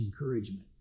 encouragement